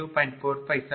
422